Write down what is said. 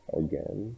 again